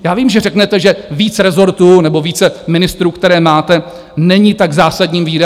Já vím, že řeknete, že víc rezortů nebo více ministrů, které máte, není tak zásadním výdajem.